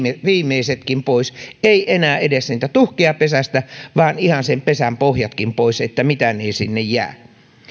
viimeisetkin pois ei enää edes niitä tuhkia pesästä vaan ihan sen pesän pohjatkin pois niin että mitään ei sinne jää